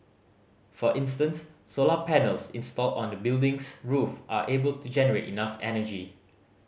for instance solar panels installed on the building's roof are able to generate enough energy